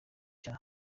cya